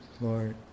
Lord